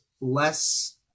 less